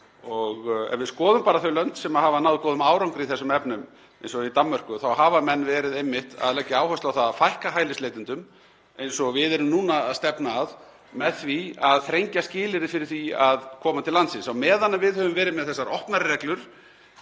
Ef við skoðum bara þau lönd sem hafa náð góðum árangri í þessum efnum eins og í Danmörku þá hafa menn verið einmitt að leggja áherslu á að fækka hælisleitendum, eins og við erum núna að stefna að með því að þrengja skilyrði fyrir því að koma til landsins. Á meðan við höfum verið með þessar opnari reglur